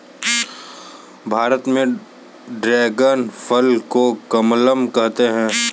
भारत में ड्रेगन फल को कमलम कहते है